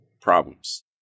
problems